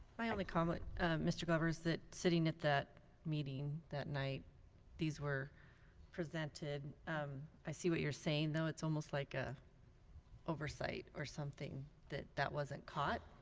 my only comment mr. glover is that sitting at that meeting that night these were presented i see what you're saying though. it's almost like a oversight or something that that wasn't caught